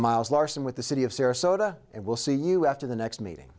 miles larson with the city of sarasota and we'll see you after the next meeting